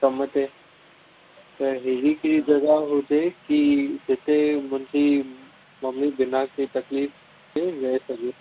कम ते त अहिड़ी कहिड़ी जॻह हुजे की जिते मुंहिंजी मम्मी बिना कंहिं तकलीफ़ जे रहे सघे